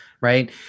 right